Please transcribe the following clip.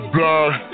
die